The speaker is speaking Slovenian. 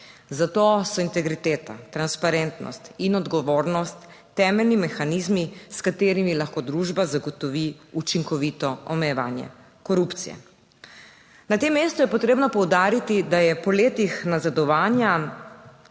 Zato so integriteta, transparentnost in odgovornost temeljni mehanizmi, s katerimi lahko družba zagotovi učinkovito omejevanje korupcije. Na tem mestu je potrebno poudariti, da je po letih nazadovanja